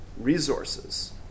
resources